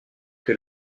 que